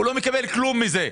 הוא לא מקבל כלום מזה.